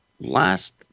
last